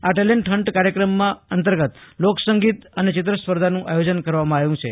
આ talent hunt કાર્યક્રમ અંતર્ગત લોકસંગીત અને ચિત્ર સ્પર્ધાનું આયોજન કરવામાં આવ્યું છે